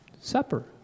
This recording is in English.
supper